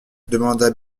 demanda